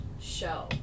show